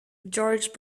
george